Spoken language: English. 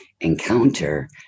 encounter